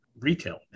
retail